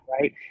right